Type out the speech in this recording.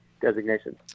designation